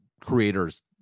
creators